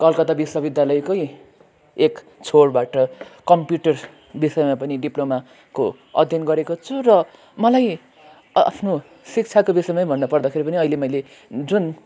कलकत्ता विश्वविद्यालयकै एक एक छोरबाट कम्प्युटर विषयमा पनि डिप्लोमाको अध्ययन गरेको छु र मलाई अ आफ्नो शिक्षाको विषयमै भन्नुपर्दाखेरि पनि अहिले मैले जुन